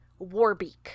Warbeak